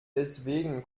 deswegen